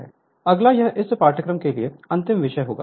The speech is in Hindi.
Refer Slide Time 0032 अगला यह इस पाठ्यक्रम के लिए अंतिम विषय होगा